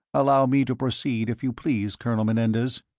allow me to proceed, if you please, colonel menendez.